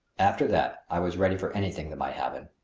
after that i was ready for anything that might happen.